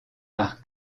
par